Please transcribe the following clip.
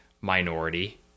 minority